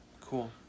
Cool